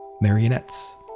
Marionettes